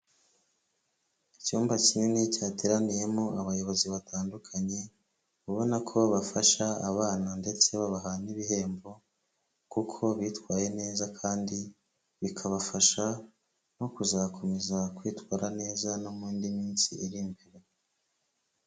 Icyumba kinini cyateraniyemo abayobozi batandukanye, ubona ko bafasha abana ndetse babaha n'ibihembo, kuko bitwaye neza, kandi bikabafasha no kuzakomeza kwitwara neza no mu indi minsi iri imbere.